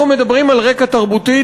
אנחנו מדברים על רקע תרבותי.